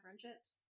friendships